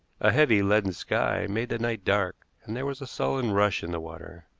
a heavy, leaden sky made the night dark, and there was a sullen rush in the water.